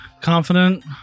Confident